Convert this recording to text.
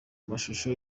mashusho